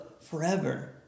forever